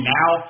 now